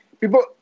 People